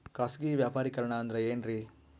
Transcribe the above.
ಖಾಸಗಿ ವ್ಯಾಪಾರಿಕರಣ ಅಂದರೆ ಏನ್ರಿ?